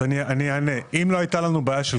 אם לא הייתה לנו בעיה של